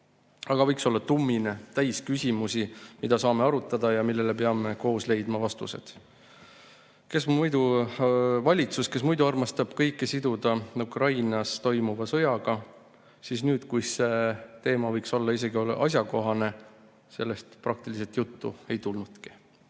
Aga võiks olla tummine, täis küsimusi, mida saame arutada ja millele peame koos leidma vastused. Valitsus, kes muidu armastab kõike siduda Ukrainas toimuva sõjaga, nüüd, kui see teema võiks olla isegi asjakohane, sellest praktiliselt juttu ei